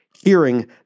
hearing